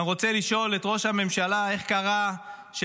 ואני רוצה לשאול את ראש הממשלה: איך קרה שמערכת